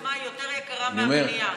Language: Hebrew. עצמה יותר יקרה מהמניעה.